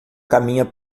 caminha